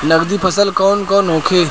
नकदी फसल कौन कौनहोखे?